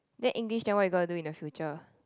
then English then what you gonna do in the future